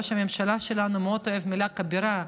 ראש הממשלה שלנו מאוד אוהב את המילה "כבירה".